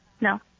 No